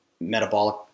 metabolic